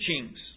teachings